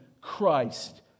Christ